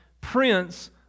Prince